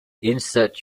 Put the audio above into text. insert